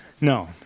No